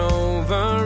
over